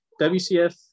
wcf